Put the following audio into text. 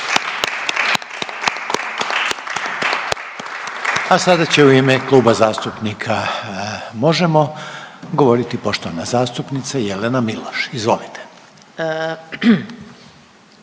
A sada će u ime Kluba zastupnika Možemo! govoriti poštovana zastupnica Jelena Miloš, izvolite.